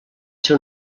ser